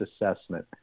assessment